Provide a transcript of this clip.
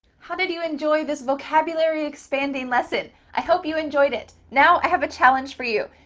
how did you enjoy this vocabulary expanding lesson? i hope you enjoyed it. now i have a challenge for you.